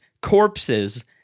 corpses